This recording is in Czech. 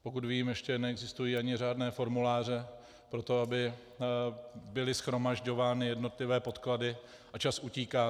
Pokud vím, ještě neexistují ani řádné formuláře pro to, aby byly shromažďovány jednotlivé podklady, a čas utíká.